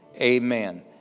Amen